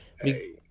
Hey